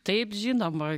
taip žinoma